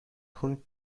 خون